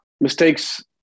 Mistakes